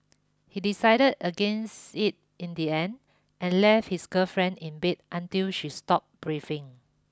he decided against it in the end and left his girlfriend in bed until she stopped breathing